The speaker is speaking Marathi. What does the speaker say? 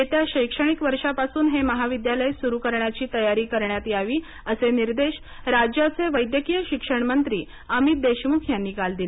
येत्या शैक्षणिक वर्षापासून हे महाविद्यालय सुरु करण्याची तयारी करण्यात यावी असे निर्देश राज्याचे वैद्यकीय शिक्षण मंत्री अमित देशमुख यांनी काल दिले